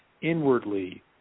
inwardly